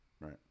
Right